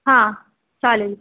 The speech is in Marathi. हां चालेल